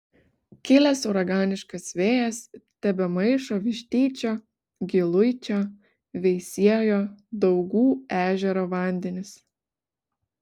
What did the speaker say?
kilęs uraganiškas vėjas tebemaišo vištyčio giluičio veisiejo daugų ežero vandenis